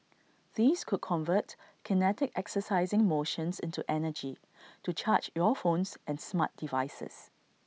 these could convert kinetic exercising motions into energy to charge your phones and smart devices